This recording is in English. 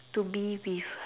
to be with